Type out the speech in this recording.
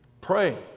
Pray